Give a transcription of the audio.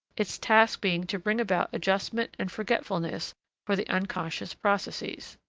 its task being to bring about adjustment and forgetfulness for the unconscious processes.